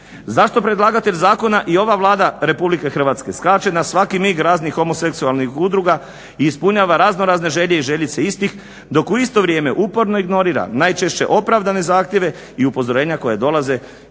Zašto predlagatelj zakona i ova Vlada Republike Hrvatske skače na svaki mig raznih homoseksualnih udruga i ispunjava razno razne želje i željice istih dok u isto vrijeme uporno ignorira najčešće opravdane zahtjeve i upozorenja koja dolaze iz crkvenih